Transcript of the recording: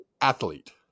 athlete